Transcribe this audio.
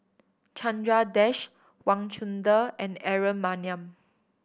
Chandra Das Wang Chunde and Aaron Maniam